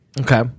Okay